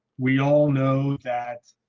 we all know that